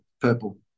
purple